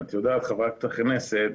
את יודעת חברת הכנסת,